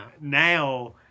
now